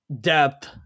Depth